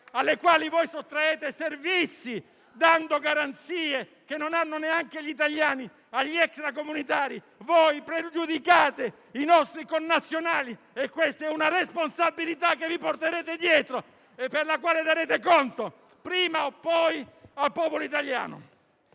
alle quali sottraete risorse e servizi, dando garanzie, che non hanno neanche gli italiani, agli extracomunitari. Voi pregiudicate i nostri connazionali e questa è una responsabilità che vi porterete dietro e della quale darete conto, prima o poi, al popolo italiano.